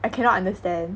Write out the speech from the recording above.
I cannot understand